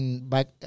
back